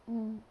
mm